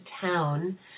town